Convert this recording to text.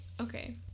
okay